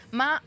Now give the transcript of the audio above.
ma